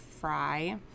fry